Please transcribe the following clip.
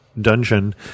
dungeon